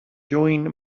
doing